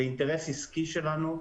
זה אינטרס עסקי שלנו,